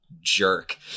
jerk